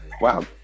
wow